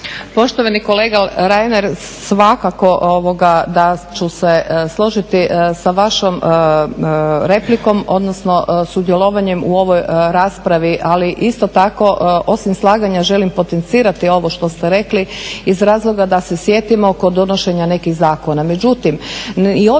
Poštovani kolega Reiner svakako da ću se složiti sa vašom replikom odnosno sudjelovanjem u ovoj raspravi. Ali isto tako osim slaganja želim potencirati ovo što ste rekli iz razloga da se sjetimo kod donošenja nekih zakona.